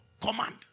Command